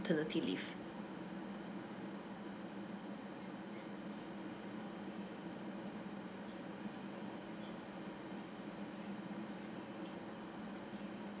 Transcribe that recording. leave